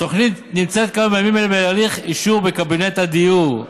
התוכנית נמצאת בימים אלה בהליך אישור בקבינט הדיור.